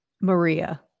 Maria